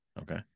okay